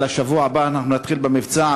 אלא בשבוע הבא נתחיל במבצע,